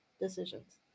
decisions